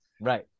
Right